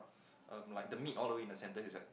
um like the meat all the way in the centre is like